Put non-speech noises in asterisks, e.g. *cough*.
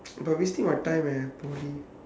*noise* but wasting my time eh poly